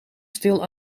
stil